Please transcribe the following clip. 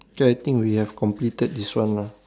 K I think we have completed this one lah